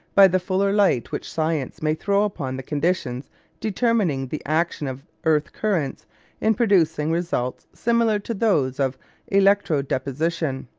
by the fuller light which science may throw upon the conditions determining the action of earth-currents in producing results similar to those of electro deposition.